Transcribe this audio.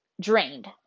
drained